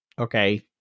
okay